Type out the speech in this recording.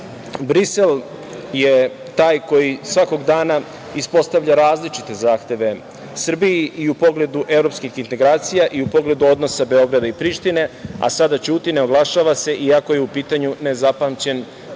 Brisel je taj koji svakog dana ispostavlja različite zahteve Srbiji i u pogledu evropskih integracija i u pogledu odnosa Beograda i Prištine, a sada ćuti, ne oglašava se iako je u pitanju nezapamćen